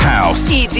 House